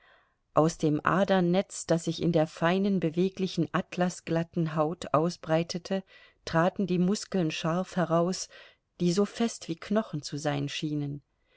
aus dem adernetz das sich in der feinen beweglichen atlasglatten haut ausbreitete traten die muskeln scharf heraus die so fest wie knochen zu sein schienen